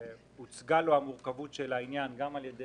והוצגה לו המורכבות של העניין על ידי